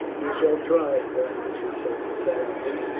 he shall try, boadicea said decidedly.